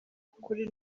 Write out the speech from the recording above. kuri